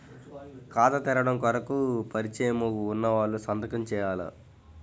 ఖాతా తెరవడం కొరకు పరిచయము వున్నవాళ్లు సంతకము చేయాలా?